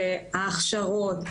ההכשרות,